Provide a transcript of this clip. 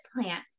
plant